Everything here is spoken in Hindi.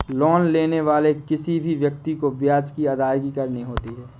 लोन लेने वाले किसी भी व्यक्ति को ब्याज की अदायगी करनी होती है